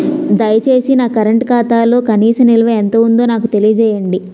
దయచేసి నా కరెంట్ ఖాతాలో కనీస నిల్వ ఎంత ఉందో నాకు తెలియజేయండి